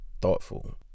thoughtful